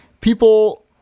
people